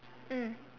mm